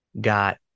got